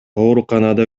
ооруканада